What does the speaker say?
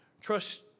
Trust